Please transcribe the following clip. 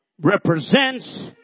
represents